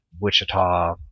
Wichita